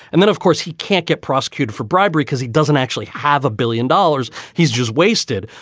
and then, of course, he can't get prosecuted for bribery because he doesn't actually have a billion dollars. he's just wasted.